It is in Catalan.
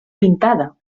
pintada